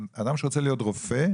אדם שרוצה להיות רופא,